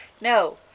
No